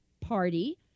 Party